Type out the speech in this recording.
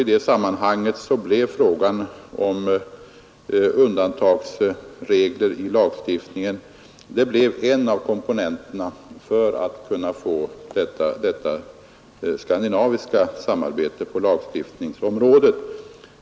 I det sammanhanget blev frågan om undantagsregler i lagstiftningen en av komponenterna i våra strävanden att få ett skandinaviskt samarbete till stånd på lagstiftningsområdet.